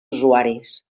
usuaris